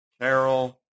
Carol